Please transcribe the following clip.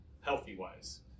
healthy-wise